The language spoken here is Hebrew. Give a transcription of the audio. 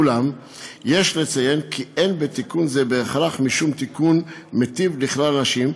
אולם יש לציין כי אין בתיקון זה בהכרח משום תיקון מיטיב לכלל הנשים,